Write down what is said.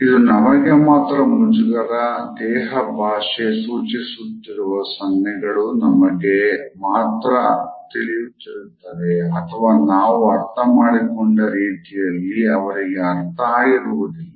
ಇದು ನಮಗೆ ಮಾತ್ರ ಮುಜುಗರ ದೇಹ ಭಾಷೆ ಸೂಚಿಸುತ್ತಿರವು ಸನ್ನ್ಹೆಗಳು ನಮಗೆ ಮಾತ್ರ ತಿಳಿಯುತ್ತಿರುತ್ತದೆ ಅಥವಾ ನಾವು ಅರ್ಥ ಮಾಡಿಕೊಂಡ ರೀತಿಯಲ್ಲಿ ಅವರಿಗೆ ಅರ್ಥ ಆಗಿರುವುದಿಲ್ಲ